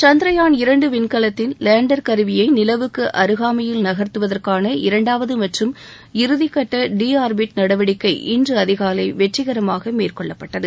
சந்திரயான் இரண்டு விண்கலத்தின் லேண்டர் கருவியை நிலவுக்கு அருகாமையில் நகர்த்துவற்கான இரண்டாவது மற்றும் இறுதி கட்ட டி ஆர்பிட் நடவடிக்கைஇன்று அதிகாலை வெற்றிகரமாக மேற்கொள்ளப்பட்டது